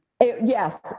Yes